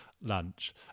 lunch